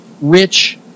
rich